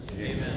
Amen